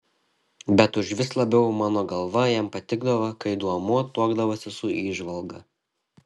bet užvis labiau mano galva jam patikdavo kai duomuo tuokdavosi su įžvalga